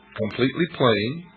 completely plain.